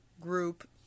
group